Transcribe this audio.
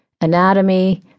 Anatomy